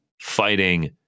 fighting